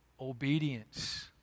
Obedience